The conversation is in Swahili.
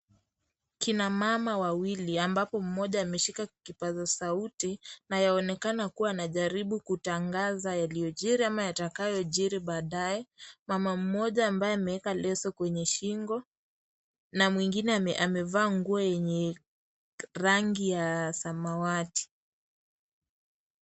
Kina mama wawili ambapo mmoja ameshika kipasa sauti nayaonekana kuwa anajaribu kutangaza yaliyojili ama yatakayojili baadaye. Mama mmoja ambaye ameweka leso kwenye shingo na mwingine amevaa nguo yenye rangi ya samawati.